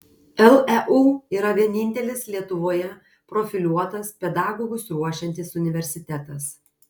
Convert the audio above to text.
leu yra vienintelis lietuvoje profiliuotas pedagogus ruošiantis universitetas